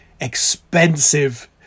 expensive